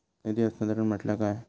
निधी हस्तांतरण म्हटल्या काय?